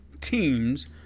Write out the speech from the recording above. teams